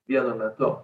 vienu metu